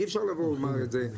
אי אפשר לבוא ולומר את זה,